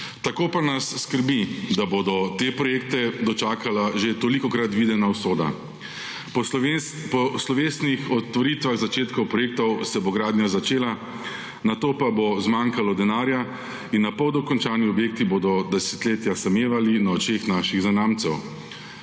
Tako pa nas skrbi, da bo te projekte dočakala že tolikokrat videna usoda. Po slovesnih otvoritvah začetkov projektov se bo gradnja začela, nato pa bo zmanjkalo denarja in napol dokončani objekti bodo desetletja samevali na očeh naših zanamcev,